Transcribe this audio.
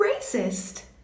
racist